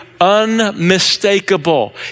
unmistakable